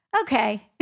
Okay